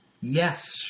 yes